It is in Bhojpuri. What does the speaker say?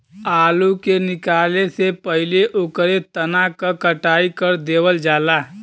आलू के निकाले से पहिले ओकरे तना क कटाई कर देवल जाला